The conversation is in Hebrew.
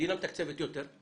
המדינה מתקצבת יותר,